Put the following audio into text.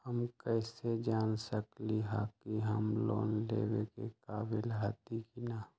हम कईसे जान सकली ह कि हम लोन लेवे के काबिल हती कि न?